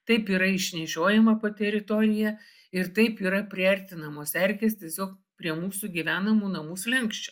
taip yra išnešiojama po teritoriją ir taip yra priartinamos erkės tiesiog prie mūsų gyvenamų namų slenksčio